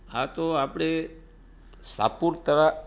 હા તો આપણે સાપુતારા